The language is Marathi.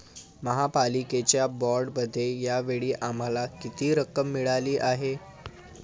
महापालिकेच्या बाँडमध्ये या वेळी आम्हाला किती रक्कम मिळाली आहे?